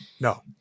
No